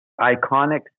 iconic